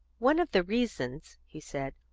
one of the reasons, he said,